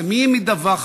למי היא מדווחת?